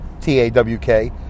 T-A-W-K